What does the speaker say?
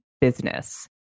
business